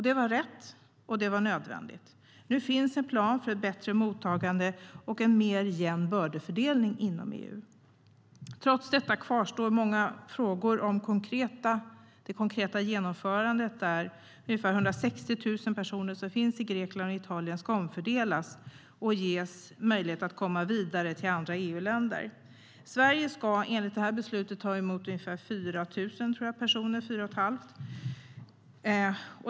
Det var rätt och det var nödvändigt. Nu finns en plan för bättre mottagande och jämnare bördefördelning inom EU. Trots detta kvarstår många frågor om det konkreta genomförandet. Ungefär 160 000 personer finns i Grekland och Italien och ska omfördelas och ges möjlighet att komma vidare till andra EU-länder. Sverige ska enligt beslutet ta emot ungefär 4 500 personer.